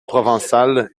provençal